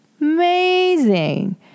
amazing